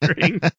hearing